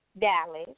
Dallas